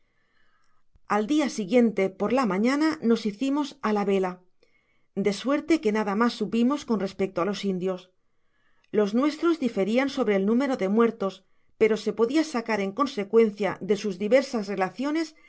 al dia siguiente por la mañana nos hicimos á la vela de suerte que nada mas supimos con respecto á los indios los nuestros diferian sobre el número de muertos pero se podia sacar en consecuencia de sus diversas relaciones